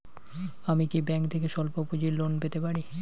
আমি কি ব্যাংক থেকে স্বল্প পুঁজির লোন পেতে পারি?